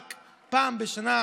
רק פעם בשנה,